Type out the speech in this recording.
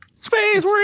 Space